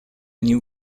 new